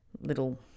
little